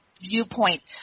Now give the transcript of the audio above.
viewpoint